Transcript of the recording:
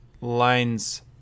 lines